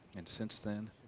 and since then,